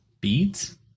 Beads